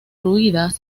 murallas